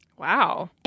Wow